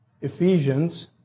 Ephesians